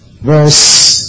Verse